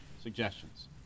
suggestions